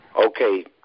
Okay